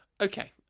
Okay